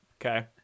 okay